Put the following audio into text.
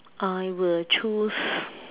I will choose